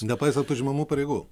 nepaisant užimamų pareigų